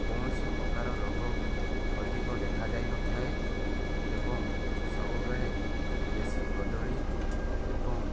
କୌଣସି ପ୍ରକାର ରୋଗ ଅଧିକ ଦେଖାଯାଇନଥାଏ ଏବଂ ସବୁବେଳେ ଦେଶୀ କଦଳୀ ଏବଂ